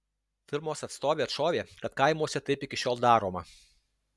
firmos atstovė atšovė kad kaimuose taip iki šiol daroma